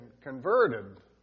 converted